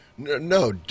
No